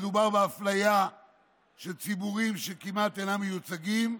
מעבר לעובדה שמדובר באפליה של ציבורים שכמעט אינם מיוצגים,